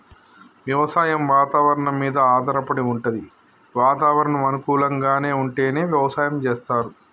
వ్యవసాయం వాతవరణం మీద ఆధారపడి వుంటది వాతావరణం అనుకూలంగా ఉంటేనే వ్యవసాయం చేస్తరు